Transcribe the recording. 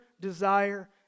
desire